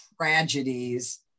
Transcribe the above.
tragedies